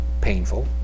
painful